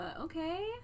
okay